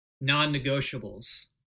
non-negotiables